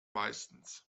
meistens